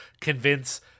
convince